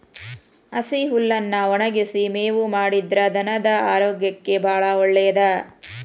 ಹಸಿ ಹುಲ್ಲನ್ನಾ ಒಣಗಿಸಿ ಮೇವು ಮಾಡಿದ್ರ ಧನದ ಆರೋಗ್ಯಕ್ಕೆ ಬಾಳ ಒಳ್ಳೇದ